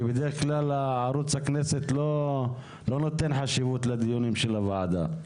כי בדרך כלל ערוץ הכנסת לא נותן חשיבות לדיונים של הוועדה.